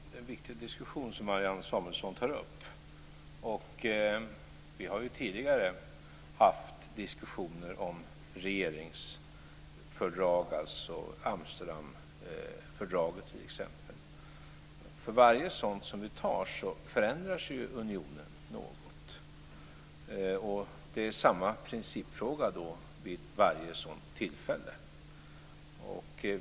Fru talman! Det är en viktig diskussion som Marianne Samuelsson tar upp. Vi har ju tidigare haft diskussioner om regeringsfördrag, t.ex. Amsterdamfördraget. För varje sådant som vi antar förändrar sig unionen något. Det är samma principfråga vid varje sådant tillfälle.